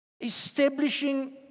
establishing